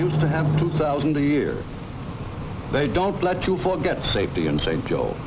used to have two thousand a year they don't let you forget safety and s